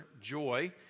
Joy